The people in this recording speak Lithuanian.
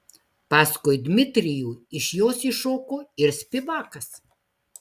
paskui dmitrijų iš jos iššoko ir spivakas